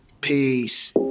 Peace